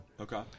Okay